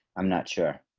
i'm not sure.